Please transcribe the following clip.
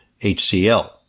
HCL